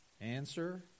Answer